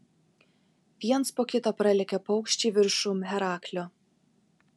viens po kito pralėkė paukščiai viršum heraklio